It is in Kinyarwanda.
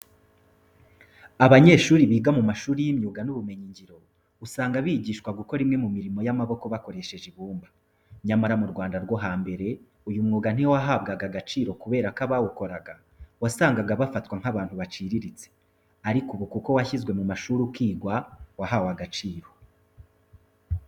Abanyeshuri biga mu mashuri y'imyuga n'ubumenyingiro, usanga bigishwa gukora imwe mu mirimo y'amaboko bakoresheje ibumba. Nyamara mu Rwanda rwo hambere, uyu mwuga ntiwahabwaga agaciro kubera ko abawukoraga wasangaga bafatwa nk'abantu baciriritse. Ariko ubu kuko washyizwe mu mashuri, ukigwa wahawe agaciro.